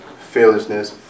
fearlessness